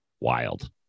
Wild